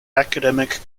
academic